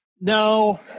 No